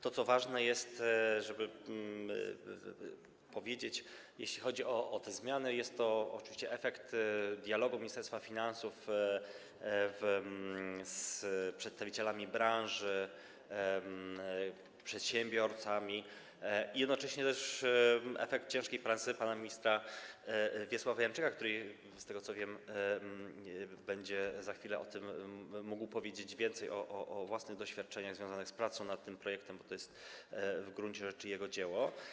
To jest ważne, żeby powiedzieć, jeśli chodzi o te zmiany, że jest to oczywiście efekt dialogu Ministerstwa Finansów z przedstawicielami branży, przedsiębiorcami i jednocześnie też efekt ciężkiej pracy pana ministra Wiesława Janczyka, który, z tego co wiem, będzie za chwilę o tym mógł powiedzieć więcej, o własnych doświadczeniach związanych z pracą nad tym projektem, bo to jest w gruncie rzeczy jego dzieło.